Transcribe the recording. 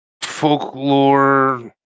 folklore